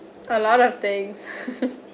a lot of things